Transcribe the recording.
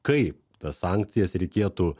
kaip tas sankcijas reikėtų